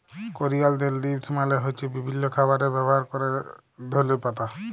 করিয়ালদের লিভস মালে হ্য়চ্ছে বিভিল্য খাবারে ব্যবহার ক্যরা ধলে পাতা